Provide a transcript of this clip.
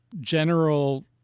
general